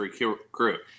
recruit